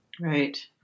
Right